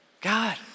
God